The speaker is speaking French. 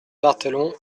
barthelon